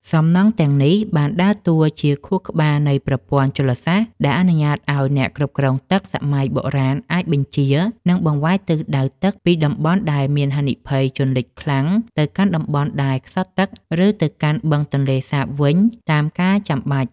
សំណង់ទាំងនេះបានដើរតួជាខួរក្បាលនៃប្រព័ន្ធជលសាស្ត្រ ដែលអនុញ្ញាតឱ្យអ្នកគ្រប់គ្រងទឹកសម័យបុរាណអាចបញ្ជា និងបង្វែរទិសដៅទឹកពីតំបន់ដែលមានហានិភ័យជន់លិចខ្លាំង ទៅកាន់តំបន់ដែលខ្សត់ទឹក ឬទៅកាន់បឹងទន្លេសាបវិញតាមការចាំបាច់។